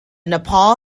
nepal